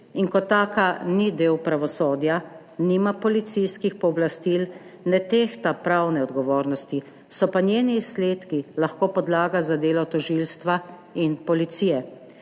in kot taka ni del pravosodja, nima policijskih pooblastil, ne tehta pravne odgovornosti, so pa njeni izsledki lahko podlaga za delo tožilstva in policije.